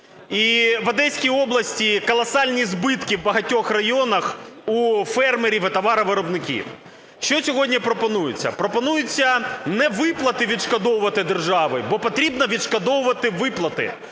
І в Одеській області колосальні збитки в багатьох районах у фермерів і товаровиробників. Що сьогодні пропонується? Пропонується не виплати відшкодовувати держави, бо потрібно відшкодовувати виплати,